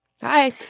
Hi